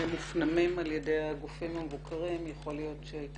מופנמים על ידי הגופים המבוקרים, יכול להיות שהיה